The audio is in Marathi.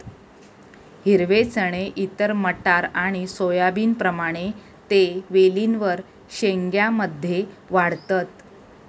हिरवे चणे इतर मटार आणि सोयाबीनप्रमाणे ते वेलींवर शेंग्या मध्ये वाढतत